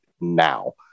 now